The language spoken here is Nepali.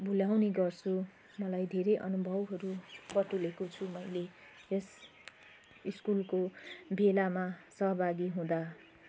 भुल्याउने गर्छु मलाई धेरै अनुभवहरू बटुलेको छु मैले यस स्कुलको भेलामा सहभागी हुँदा